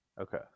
Okay